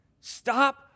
stop